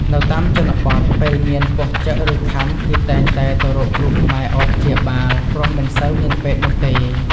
នៅតាមជនបទពេលមានពស់ចឹកឬខាំគេតែងតែទៅរកគ្រួខ្មែរអោយព្យាបាលព្រោះមិនសូវមានពេទ្យនោះទេ។